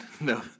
no